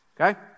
Okay